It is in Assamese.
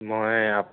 মই আপ